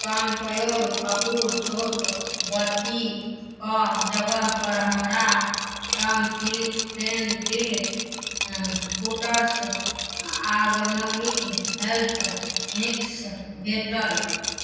कैम्प्योर कपूर छोट बत्तीके जगहपर हमरा टम्म फ्रेन्डिल फूटर्स हेल्थ मिक्स भेटल